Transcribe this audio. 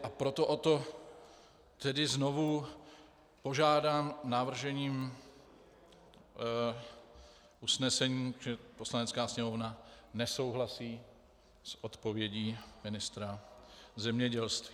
A proto o to tedy znovu požádám navržením usnesení, že Poslanecká sněmovna nesouhlasí s odpovědí ministra zemědělství.